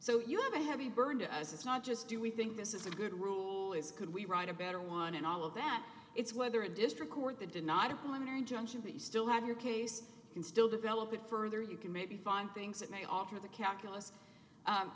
so you have a heavy burden to us it's not just do we think this is a good rule is could we write a better one and all of that it's whether a district court that did not a point or injunction but you still have your case you can still develop it further you can maybe find things that may alter the calculus